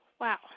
wow